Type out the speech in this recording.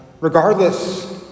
regardless